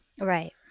right